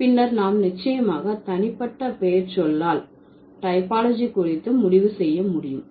பின்னர் நாம் நிச்சயமாக தனிப்பட்ட பெயர்ச்சொல்லால் டைபாலஜி குறித்து முடிவு செய்ய முடியும்